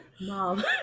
Mom